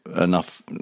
enough